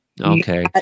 okay